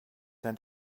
dein